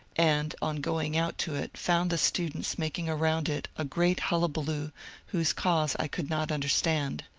and on going out to it found the students making around it a great hullabaloo whose cause i could not understand.